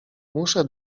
muszę